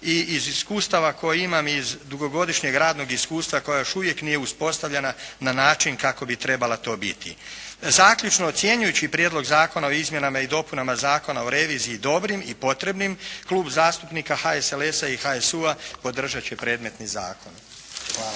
i iz iskustava koja imam iz dugogodišnjeg radnog iskustva koja još uvijek nije uspostavljena na način kako bi trebala to biti. Zaključno, ocjenjujući Prijedlog zakona o izmjenama i dopunama Zakona o reviziji dobrim i potrebnim Klub zastupnika HSLS-a i HSU-a podržati će predmetni zakon.